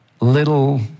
little